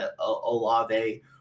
Olave